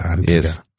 Yes